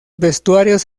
vestuarios